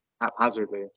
haphazardly